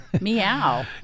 Meow